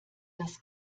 das